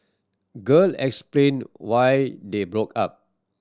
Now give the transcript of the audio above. girl explain why they broke up